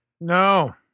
No